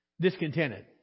discontented